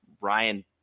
ryan